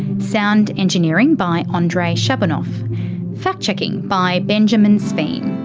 sound engineering by ah andrei shabunov. fact checking by benjamin sveen.